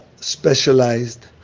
specialized